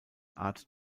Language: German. art